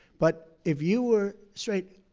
but if you were straight,